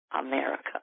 America